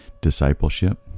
discipleship